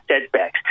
setbacks